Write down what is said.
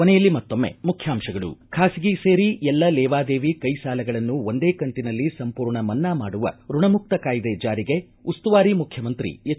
ಕೊನೆಯಲ್ಲಿ ಮತ್ತೊಮ್ಮೆ ಮುಖ್ಯಾಂಶಗಳು ಬಾಸಗಿ ಸೇರಿ ಎಲ್ಲ ಲೇವಾದೇವಿ ಕೈ ಸಾಲಗಳನ್ನು ಒಂದೇ ಕಂತಿನಲ್ಲಿ ಸಂಪೂರ್ಣ ಮನ್ನಾ ಮಾಡುವ ಋಣಮುಕ್ತ ಕಾಯ್ದೆ ಜಾರಿಗೆ ಉಸ್ತುವಾರಿ ಮುಖ್ಯಮಂತ್ರಿ ಎಚ್